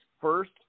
first –